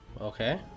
Okay